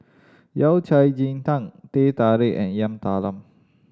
Yao Cai ji tang Teh Tarik and Yam Talam